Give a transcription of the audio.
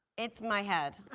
it's my head.